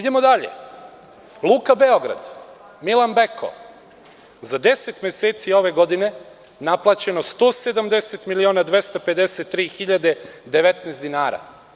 Dalje, Luka „Beograd“, Milan Beko, za 10 meseci ove godine naplaćeno 170.253.019 dinara.